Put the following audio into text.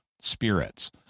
spirits